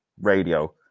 radio